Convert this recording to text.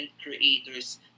creators